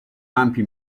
ampi